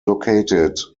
located